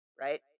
right